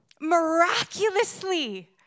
Miraculously